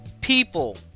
people